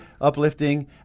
uplifting